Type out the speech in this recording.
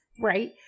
right